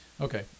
okay